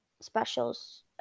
specials